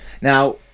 Now